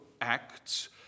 Acts